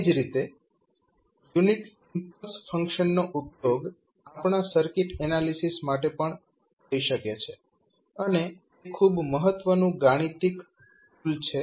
એ જ રીતે unit impulse ફંક્શનનો ઉપયોગ આપણા સર્કિટ એનાલિસીસ માટે પણ થઈ શકે છે અને તે ખૂબ મહત્વનું ગાણિતિક ટૂલ છે